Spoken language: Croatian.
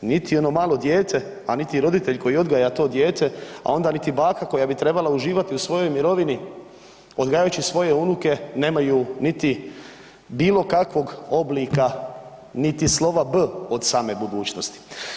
niti ono malo dijete, a niti roditelj koji odgaja to dijete, a onda niti baka koja bi trebala uživati u svojoj mirovini odgajajući svoje unuke nemaju niti bilo kakvog oblika niti slova „b“ od same budućnosti.